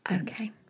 okay